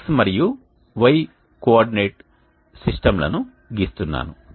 నేను X మరియు Y coordinate సిస్టమ్లను గీస్తున్నాను